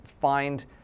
find